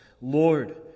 Lord